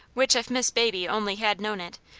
which if miss baby only had known it,